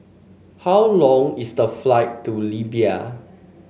how long is the flight to Libya